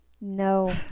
no